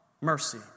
mercy